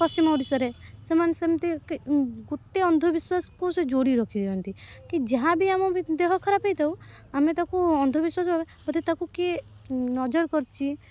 ପଶ୍ଚିମ ଓଡ଼ିଶାରେ ସେମାନେ ସେମିତି ଗୋଟେ ଅନ୍ଧବିଶ୍ୱାସକୁ ସେ ଯୋଡ଼ି ରଖିଥାନ୍ତି କି ଯାହା ବି ଆମ ଭି ଦେହ ଖରାପ ହୋଇଥାଉ ଆମେ ତାକୁ ଅନ୍ଧବିଶ୍ୱାସ ଭାବେ ବୋଧେ ତାକୁ କିଏ ନଜର କରିଛି